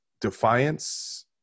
defiance